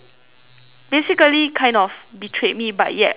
basically kind of betrayed me but yet also like